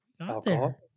Alcohol